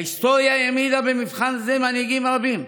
ההיסטוריה העמידה במבחן זה מנהיגים רבים.